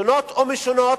שונות ומשונות,